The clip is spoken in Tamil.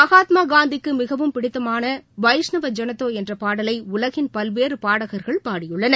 மகாத்மா காந்திக்கு மிகவும் பிடித்தமான வைஷ்ணவ் ஜன் தோ என்ற பாடலை உலகின் பல்வேறு பாடகர்கள் பாடியுள்ளனர்